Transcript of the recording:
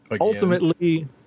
Ultimately